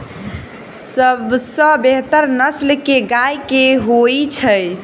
सबसँ बेहतर नस्ल केँ गाय केँ होइ छै?